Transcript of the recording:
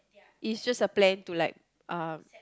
is just a plan to like uh